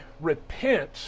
repent